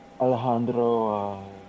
Alejandro